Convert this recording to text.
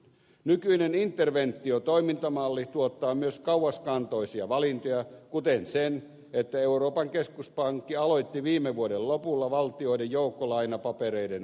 nykyinen interventiotoimintamalli tuottaa myös kauaskantoisia valintoja kuten sen että euroopan keskuspankki aloitti viime vuoden lopulla valtioiden joukkolainapapereiden ostamisen